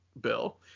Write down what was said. bill